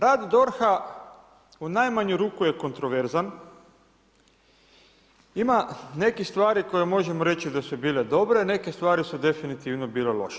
Rad DORH-a u najmanju ruku je kontraverzan, ima nekih stvari koje možemo reći da su bile dobre, neke stvari su definitivno bile loše.